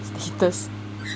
status